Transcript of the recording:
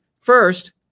First